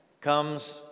comes